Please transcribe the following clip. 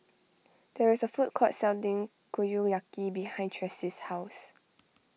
there is a food court selling Kushiyaki behind Traci's house